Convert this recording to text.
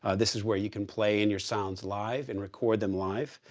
ah this is where you can play in your sounds live and record them live.